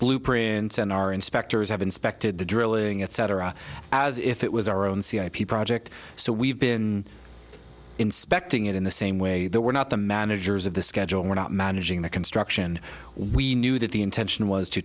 blueprints on our inspectors have inspected the drilling etc as if it was our own c r p project so we've been inspecting it in the same way that we're not the managers of the scheduling we're not managing the construction we knew that the intention was to